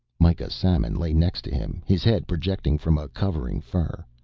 mikah samon lay next to him his head projecting from a covering fur.